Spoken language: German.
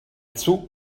zug